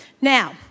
Now